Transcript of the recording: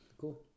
Cool